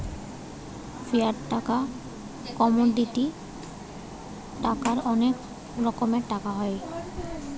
fiat টাকা, commodity টাকার অনেক রকমের টাকা হয়